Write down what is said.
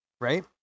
right